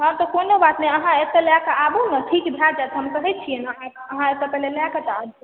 हॅं तऽ कोनो बात नहि अहाँ एतय लय कऽ आबू ने ठीक भय जायत हम कहै छी ने पहिले लए कऽ तऽ आबू